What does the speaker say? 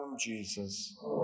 Jesus